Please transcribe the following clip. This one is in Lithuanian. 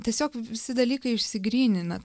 tiesiog visi dalykai išsigrynina